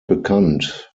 bekannt